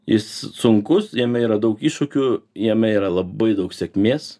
jis sunkus jame yra daug iššūkių jame yra labai daug sėkmės